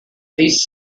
these